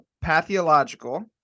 Pathological